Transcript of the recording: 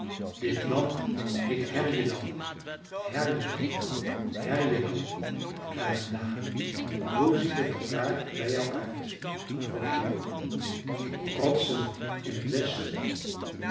dit land heet härjedal härjedal härjedal kraaide de haan hoe ziet het er daar bij jou uit vroeg de jongen rotsen in t westen